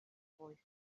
boy